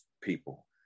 people